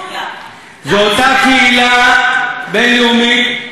זו אותה קהילה בין-לאומית אני אענה לך,